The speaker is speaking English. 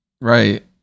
right